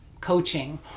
coaching